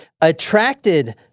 attracted